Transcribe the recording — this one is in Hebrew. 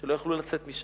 כי לא יכלו לצאת משם.